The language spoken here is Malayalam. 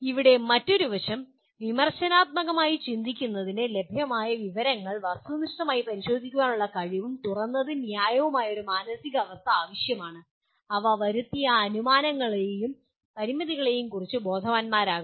ഇവിടെ മറ്റൊരു വശം വിമർശനാത്മകമായി ചിന്തിക്കുന്നതിന് ലഭ്യമായ വിവരങ്ങൾ വസ്തുനിഷ്ഠമായി പരിശോധിക്കാൻ കഴിവുള്ളതും തുറന്നതും ന്യായവുമായ ഒരു മാനസികാവസ്ഥ ആവശ്യമാണ് അവ വരുത്തിയ അനുമാനങ്ങളെയും പരിമിതികളെയും കുറിച്ച് ബോധവാന്മാരാകണം